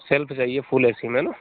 self चाहिए full AC में ना